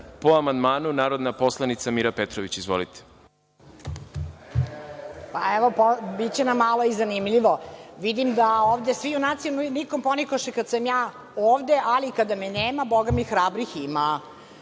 amandmanu narodna poslanica Mira Petrović. Izvolite. **Mira Petrović** Biće nam malo i zanimljivo. Vidim da ovde svi junaci nikom ponikoše kad sam ja ovde, ali kada me nema, Bogami hrabrih ima.